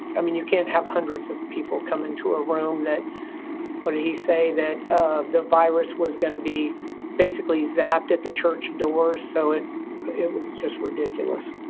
i mean, you can't have hundreds of people come into a room. what did he say? that ah the virus was gonna be basically zapped at the church door. so it it was just ridiculous.